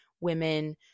women